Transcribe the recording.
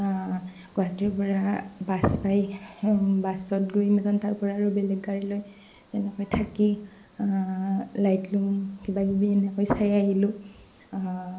গুৱাহাটীৰ পৰা বাছ পায় বাছত গৈ তাৰপৰা আৰু বেলেগ গাড়ী লৈ তেনেকৈ থাকি লাইটলোম কিবাকিবি এনেকৈ চাই আহিলোঁ